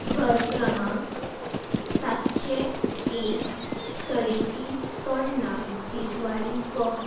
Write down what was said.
घर क्रमाक सातशें एक सडेती चोडणां तिसवाडी गोंय